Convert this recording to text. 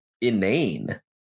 inane